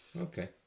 okay